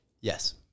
Yes